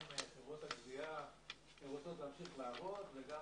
גם חברות הגבייה רוצות להמשיך לעבוד וגם